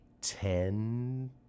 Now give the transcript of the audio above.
ten